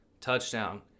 Touchdown